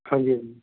ਹਾਂਜੀ ਹਾਂਜੀ